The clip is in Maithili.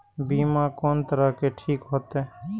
बीमा कोन तरह के ठीक होते?